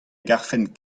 garfen